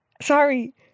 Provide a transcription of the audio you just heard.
Sorry